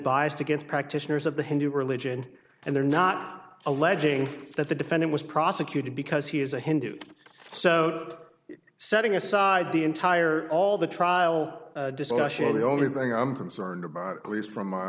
biased against practitioners of the hindu religion and they're not alleging that the defendant was prosecuted because he is a hindu so setting aside the entire all the trial discussion the only thing i'm concerned about at least from my